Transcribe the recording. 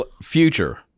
Future